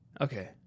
Okay